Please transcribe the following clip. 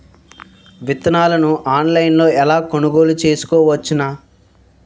విత్తనాలను ఆన్లైన్లో ఎలా కొనుగోలు చేయవచ్చున?